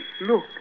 Look